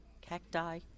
cacti